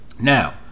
now